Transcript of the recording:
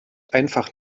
einfach